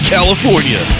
California